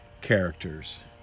characters